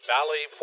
Valley